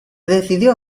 decidió